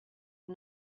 und